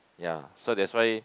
ya so that's why